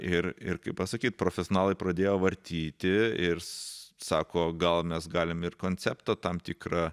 ir ir kaip pasakyt profesionalai pradėjo vartyti ir sako gal mes galim ir konceptą tam tikrą